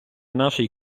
нашій